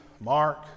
Mark